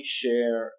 share